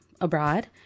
abroad